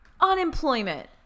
unemployment